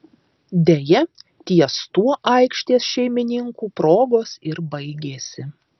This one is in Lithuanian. deja ties tuo aikštės šeimininkų progos ir baigėsi